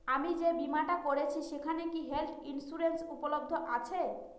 আমি যে বীমাটা করছি সেইখানে কি হেল্থ ইন্সুরেন্স উপলব্ধ আছে?